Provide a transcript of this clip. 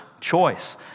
Choice